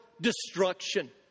destruction